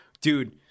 Dude